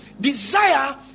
Desire